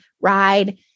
ride